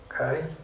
Okay